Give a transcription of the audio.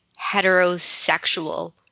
heterosexual